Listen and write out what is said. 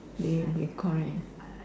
they you can call that